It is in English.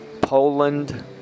Poland